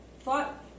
thought